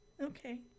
Okay